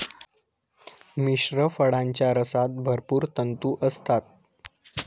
मिश्र फळांच्या रसात भरपूर तंतू असतात